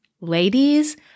ladies